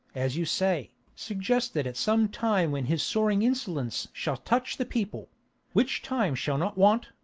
as you say, suggested at some time when his soaring insolence shall touch the people which time shall not want,